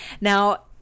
Now